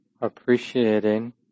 appreciating